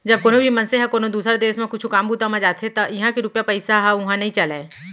जब कोनो भी मनसे ह कोनो दुसर देस म कुछु काम बूता म जाथे त इहां के रूपिया पइसा ह उहां नइ चलय